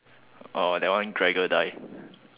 uh that one died